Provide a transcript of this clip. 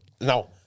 now